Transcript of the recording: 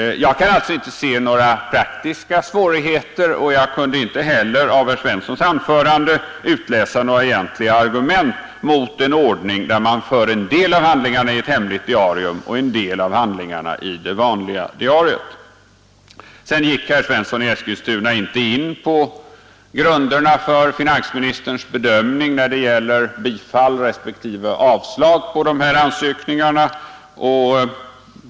Jag kan alltså inte se några praktiska svårigheter, och jag kunde inte heller i herr Svenssons anförande finna några egentliga argument mot en ordning där man för en del av handlingarna i ett hemligt diarium och en annan del i det vanliga diariet. Sedan gick herr Svensson inte in på grunderna för finansministerns bedömning när det gäller bifall respektive avslag på de här ansökningarna.